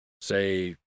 say